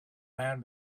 man